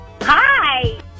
Hi